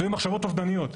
כשיהיו מחשבות אובדניות.